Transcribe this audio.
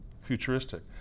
futuristic